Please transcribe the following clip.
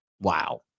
Wow